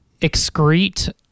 excrete